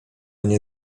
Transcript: nie